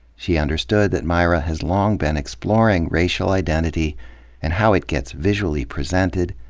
she understood that myra has long been exploring racial identity and how it gets visually presented,